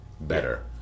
better